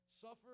suffer